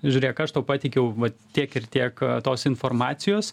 žiūrėk aš tau pateikiau vat tiek ir tiek tos informacijos